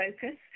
focus